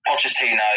Pochettino